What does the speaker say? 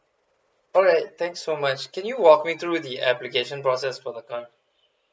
alright thanks so much can you walk me through the application process for the card